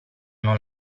non